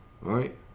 Right